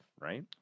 Right